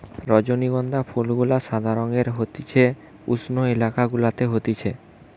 রজনীগন্ধা ফুল গুলা সাদা রঙের হতিছে উষ্ণ এলাকা গুলাতে হতিছে